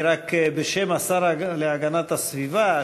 בשם השר להגנת הסביבה,